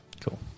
Cool